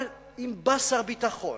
אבל אם בא שר הביטחון,